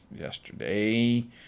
yesterday